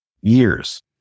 years